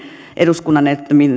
eduskunnan edellyttämiin